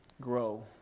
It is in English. Grow